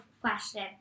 question